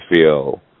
feel